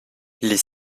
les